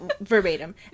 verbatim